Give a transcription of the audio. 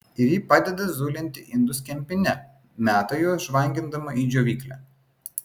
ir ji pradeda zulinti indus kempine meta juos žvangindama į džiovyklę